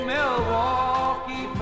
Milwaukee